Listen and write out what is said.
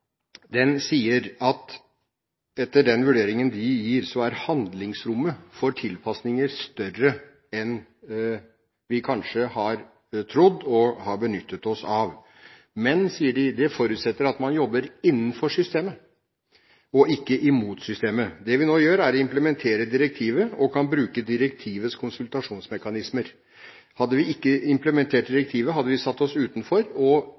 sier at etter den vurderingen de gir, er handlingsrommet for tilpasninger større enn vi kanskje har trodd og har benyttet oss av, men – sier de – det forutsetter at man jobber innenfor systemet og ikke mot systemet. Det vi nå gjør, er å implementere direktivet, og vi kan da bruke direktivets konsultasjonsmekanismer. Hadde vi ikke implementert direktivet, hadde vi satt oss utenfor, og